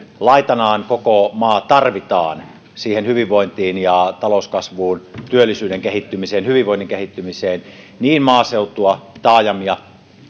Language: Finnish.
laitanaan koko maa tarvitaan siihen hyvinvointiin ja talouskasvuun työllisyyden kehittymiseen hyvinvoinnin kehittymiseen niin maaseutua taajamia